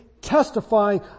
testifying